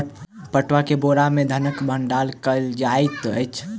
पटुआ के बोरा में धानक भण्डार कयल जाइत अछि